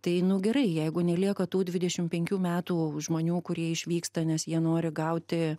tai nu gerai jeigu nelieka tų dvidešim penkių metų o žmonių kurie išvyksta nes jie nori gauti